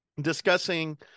discussing